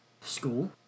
School